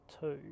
two